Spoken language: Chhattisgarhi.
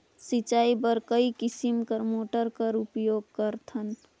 सिंचाई बर कई किसम के मोटर कर उपयोग करथन?